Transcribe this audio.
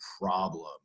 problem